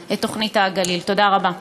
תודה רבה.